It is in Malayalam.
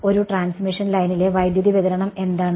അപ്പോൾ ഒരു ട്രാൻസ്മിഷൻ ലൈനിലെ വൈദ്യുതി വിതരണം എന്താണ്